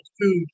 food